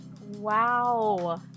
Wow